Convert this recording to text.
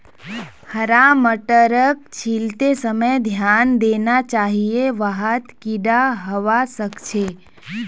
हरा मटरक छीलते समय ध्यान देना चाहिए वहात् कीडा हवा सक छे